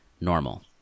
normal